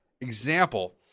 Example